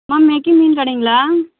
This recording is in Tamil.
மேம் நிக்கி மீன் கடைங்களா